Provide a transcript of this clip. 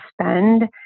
spend